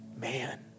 man